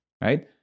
right